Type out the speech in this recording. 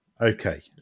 okay